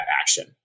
action